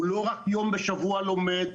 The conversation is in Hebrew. הוא לא רק יום בשבוע לומד,